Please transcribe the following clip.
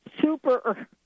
super